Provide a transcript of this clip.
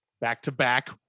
back-to-back